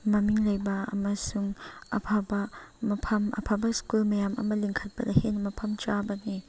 ꯃꯃꯤꯡ ꯂꯩꯕ ꯑꯃꯁꯨꯡ ꯑꯐꯕ ꯃꯐꯝ ꯑꯐꯕ ꯁ꯭ꯀꯨꯜ ꯃꯌꯥꯝ ꯑꯃ ꯂꯤꯡꯈꯠꯄꯗ ꯍꯦꯟꯅ ꯃꯐꯝ ꯆꯥꯕꯅꯤ